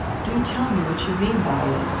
do tell me what you mean by it.